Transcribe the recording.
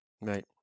Right